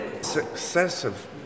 successive